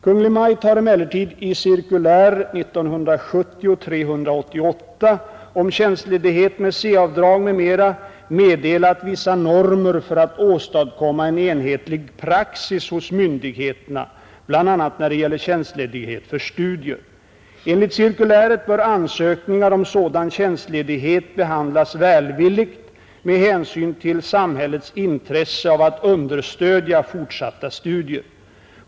Kungl. Maj:t har emellertid i cirkulär, 1970:388, om tjänstledighet med C-avdrag, m.m. meddelat vissa normer för att åstadkomma en enhetlig praxis hos myndigheterna bl.a. när det gäller tjänstledighet för studier. Enligt cirkuläret bör ansökningar om sådan tjänstledighet behandlas välvilligt med hänsyn till samhällets intresse av att understödja fortsatta studier.